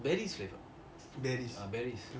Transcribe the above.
berries okay